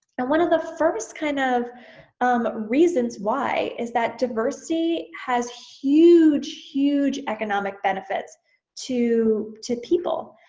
and one of the first kind of um reasons why is that diversity has huge, huge economic benefits to to people.